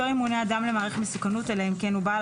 (ב) לא ימונה אדם למעריך מסוכנות אלא אם כן הוא בעל